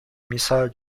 missile